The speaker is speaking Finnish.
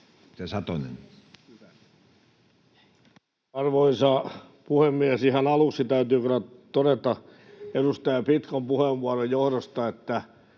Arvoisa puhemies! Ihan aluksi täytyy kyllä todeta edustaja Pitkon puheenvuoron johdosta, että